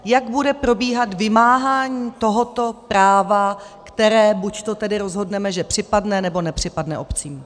Jak bude probíhat vymáhání tohoto práva, které buďto tedy rozhodneme, že připadne, nebo nepřipadne obcím?